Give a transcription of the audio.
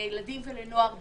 לילדים ונוער בסיכון,